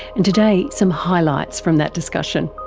and today, some highlights from that discussion.